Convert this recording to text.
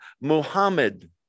Muhammad